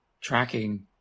Tracking